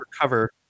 cover